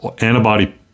antibody